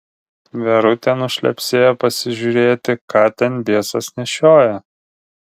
verutė nušlepsėjo pasižiūrėti ką ten biesas nešioja